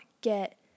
get